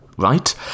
right